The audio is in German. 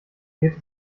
geht